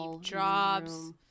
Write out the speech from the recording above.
Jobs